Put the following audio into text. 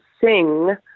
sing